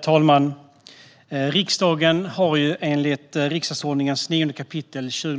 Herr talman! Enligt riksdagsordningens 9 kap. 20